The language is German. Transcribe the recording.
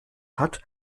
hat